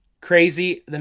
crazy